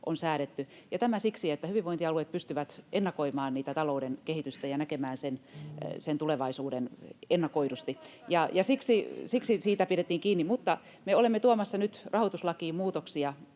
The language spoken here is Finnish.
on säädetty. Tämä siksi, että hyvinvointialueet pystyvät ennakoimaan talouden kehitystä ja näkemään sen tulevaisuuden ennakoidusti, [Krista Kiurun välihuuto] ja siksi siitä pidettiin kiinni. Mutta me olemme tuomassa nyt rahoituslakiin muutoksia